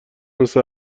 مثل